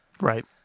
Right